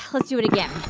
let's do it again.